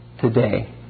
today